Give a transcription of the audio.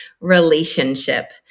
relationship